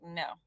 no